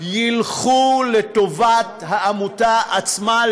ילכו לטובת העמותה עצמה,